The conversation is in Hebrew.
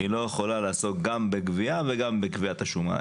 היא לא יכולה לעסוק גם בגבייה וגם בקביעת השומה.